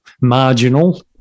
marginal